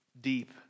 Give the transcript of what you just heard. deep